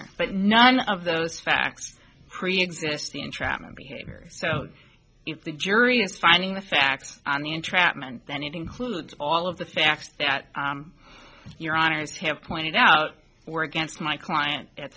honor but none of those facts preexisting entrapment behavior so if the jury is finding the facts on the entrapment then it includes all of the facts that your honour's have pointed out for or against my client at